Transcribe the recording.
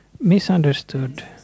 misunderstood